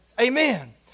Amen